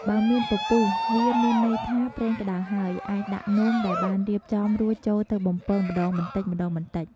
បើមានពពុះ វាមានន័យថាប្រេងក្តៅហើយ អាចដាក់នំដែលបានរៀបចំរួចចូលទៅបំពងម្តងបន្តិចៗ។